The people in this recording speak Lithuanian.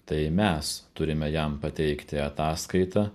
tai mes turime jam pateikti ataskaitą